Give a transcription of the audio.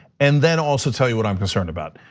and then also tell you what i'm concerned about.